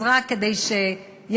אז רק כדי שיבינו.